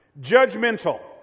judgmental